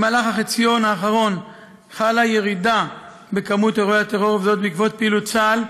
בחציון האחרון חלה ירידה במספר אירועי הטרור בעקבות פעילות צה"ל,